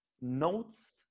notes